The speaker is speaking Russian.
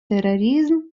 терроризм